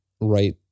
right